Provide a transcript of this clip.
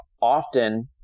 often